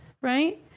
Right